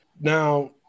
Now